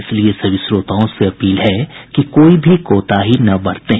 इसलिए सभी श्रोताओं से अपील है कि कोई भी कोताही न बरतें